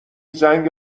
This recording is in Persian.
زنگ